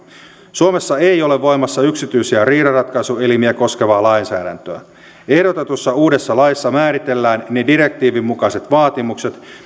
suomessa ei ole voimassa yksityistä riidanratkaisuelimiä koskevaa lainsäädäntöä ehdotetussa uudessa laissa määritellään ne direktiivin mukaiset vaatimukset